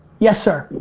yes sir.